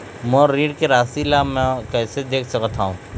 मोर ऋण के राशि ला म कैसे देख सकत हव?